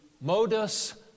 modus